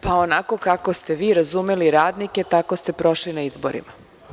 Pa, onako kako ste vi razumeli radnike tako ste prošli na izborima.